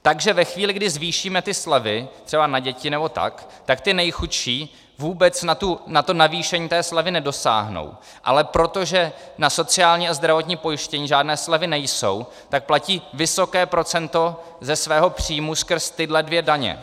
Takže ve chvíli, kdy zvýšíme slevy, třeba na děti nebo tak, tak ti nejchudší vůbec na navýšení slevy nedosáhnou, ale protože na sociální a zdravotní pojištění žádné slevy nejsou, tak platí vysoké procento ze svého příjmu skrz tyhle dvě daně.